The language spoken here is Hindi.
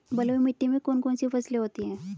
बलुई मिट्टी में कौन कौन सी फसलें होती हैं?